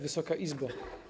Wysoka Izbo!